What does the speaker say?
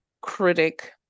critic